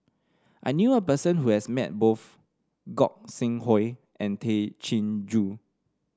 I knew a person who has met both Gog Sing Hooi and Tay Chin Joo